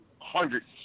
hundreds